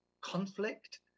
conflict